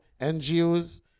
NGOs